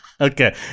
Okay